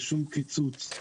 בשום קיצוץ,